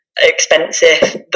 expensive